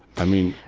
i mean,